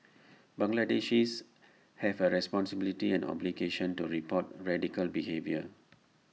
Bangladeshis have A responsibility and obligation to report radical behaviour